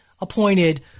appointed